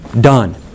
done